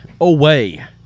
away